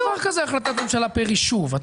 אין דבר כזה החלטת ממשלה פר ישוב.